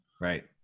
Right